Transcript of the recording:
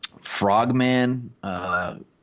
Frogman